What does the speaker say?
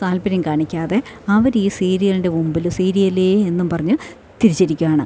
താത്പര്യം കാണിക്കാതെ അവരീ സീരിയലിൻ്റെ മുൻപിൽ സീരിയലേ എന്നും പറഞ്ഞ് തിരിച്ചിരിക്കാണ്